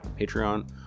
Patreon